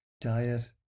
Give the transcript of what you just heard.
diet